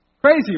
Crazy